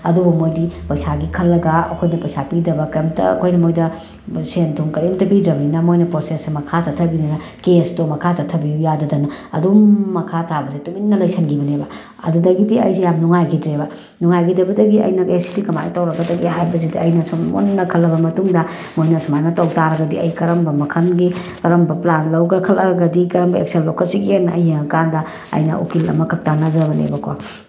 ꯑꯗꯨꯕꯨ ꯃꯣꯏꯗꯤ ꯄꯩꯁꯥꯒꯤ ꯈꯜꯂꯒ ꯑꯩꯈꯣꯏꯗ ꯄꯩꯁꯥ ꯄꯤꯗꯕ ꯀꯔꯤꯃꯇ ꯑꯩꯈꯣꯏꯅ ꯃꯣꯏꯗ ꯁꯦꯟ ꯊꯨꯝ ꯀꯔꯤꯃꯇ ꯄꯤꯗ꯭ꯔꯕꯅꯤꯅ ꯃꯣꯏꯅ ꯄ꯭ꯔꯣꯁꯦꯁꯁꯦ ꯃꯈꯥ ꯆꯠꯊꯕꯤꯗꯅ ꯀꯦꯁꯇꯣ ꯃꯈꯥ ꯆꯠꯊꯕꯤꯌꯨ ꯌꯥꯗꯗꯅ ꯑꯗꯨꯝ ꯃꯈꯥ ꯇꯥꯕꯁꯦ ꯇꯨꯃꯤꯟꯅ ꯂꯩꯁꯤꯟꯈꯤꯕꯅꯦꯕ ꯑꯗꯨꯗꯒꯤꯗꯤ ꯑꯩꯁꯦ ꯌꯥꯝ ꯅꯨꯡꯉꯥꯏꯈꯤꯗ꯭ꯔꯦꯕ ꯅꯨꯡꯉꯥꯏꯈꯤꯗꯕꯗꯒꯤ ꯑꯩꯅ ꯑꯦ ꯁꯤꯗꯤ ꯀꯃꯥꯏꯅ ꯇꯧꯔꯒꯗꯒꯦ ꯍꯥꯏꯕꯁꯤꯗ ꯑꯩꯅ ꯁꯨꯝ ꯃꯨꯟꯅ ꯈꯜꯂꯕ ꯃꯇꯨꯡꯗ ꯃꯣꯏꯅ ꯁꯨꯃꯥꯏꯅ ꯇꯧ ꯇꯥꯔꯒꯗꯤ ꯑꯩ ꯀꯔꯝꯕ ꯃꯈꯜꯒꯤ ꯀꯔꯝꯕ ꯄ꯭ꯂꯥꯟ ꯂꯧꯈꯠꯂꯛꯑꯒꯗꯤ ꯀꯔꯝꯕ ꯑꯦꯛꯁꯟ ꯂꯧꯈꯠꯁꯤꯒꯦꯅ ꯑꯩ ꯌꯦꯡꯉꯀꯥꯟꯗ ꯑꯩꯅ ꯎꯀꯤꯜ ꯑꯃꯈꯛ ꯇꯥꯟꯅꯖꯕꯅꯦꯕ ꯀꯣ